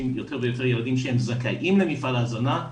יותר ויותר ילדים שהם זכאים למפעל ההזנה,